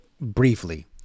briefly